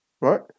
right